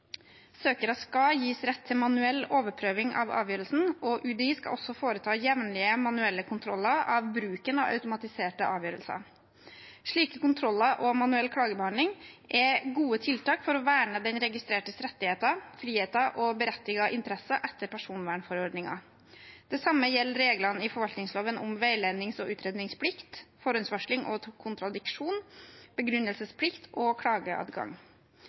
Søkere skal gis rett til manuell overprøving av avgjørelsen, og UDI skal også foreta jevnlige manuelle kontroller av bruken av automatiserte avgjørelser. Slike kontroller og manuell klagebehandling er gode tiltak for å verne den registrertes rettigheter, friheter og berettigede interesser etter personvernforordningen. Det samme gjelder reglene i forvaltningsloven om veilednings- og utredningsplikt, forhåndsvarsling og kontradiksjon, begrunnelsesplikt og klageadgang.